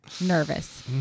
nervous